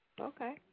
Okay